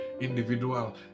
individual